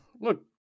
look